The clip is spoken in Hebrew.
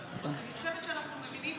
רק אני חושבת שאנחנו מבינים